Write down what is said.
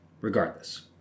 Regardless